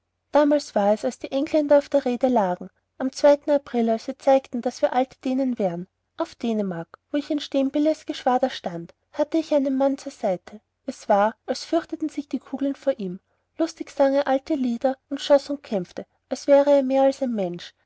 damals war es als die engländer auf der rhede lagen am zweiten april als wir zeigten daß wir alte dänen waren auf dänemark wo ich in steen bille's geschwader stand hatte ich einen mann zur seite es war als fürchteten sich die kugeln vor ihm lustig sang er alte lieder und schoß und kämpfte als wäre er mehr als ein mensch